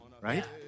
Right